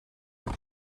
que